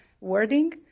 wording